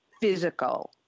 physical